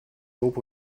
lob